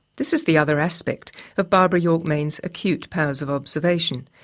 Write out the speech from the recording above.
this is the other aspect of barbara york main's acute powers of observation.